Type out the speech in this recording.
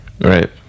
right